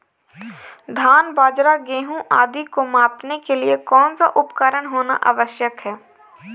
धान बाजरा गेहूँ आदि को मापने के लिए कौन सा उपकरण होना आवश्यक है?